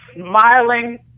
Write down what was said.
Smiling